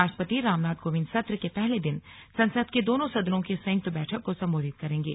राष्ट्रपति रामनाथ कोविंद सत्र के पहले दिन संसद के दोनों सदनों की संयुक्त बैठक को संबोधित करेंगे